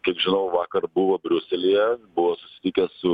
kaip žinau vakar buvo briuselyje buvo susitikęs su